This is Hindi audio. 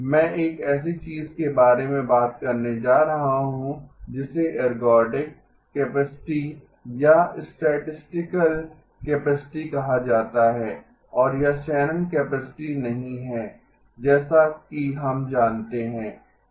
मैं एक ऐसी चीज के बारे में बात करने जा रहा हूं जिसे एर्गोडिक कैपेसिटी या स्टैटिस्टिकल कैपेसिटी कहा जाता है और यह शैनन कैपेसिटी नहीं है जैसा कि हम जानते हैं